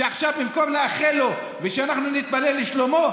שעכשיו במקום לאחל לו ושאנחנו נתפלל לשלומו,